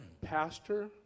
Pastor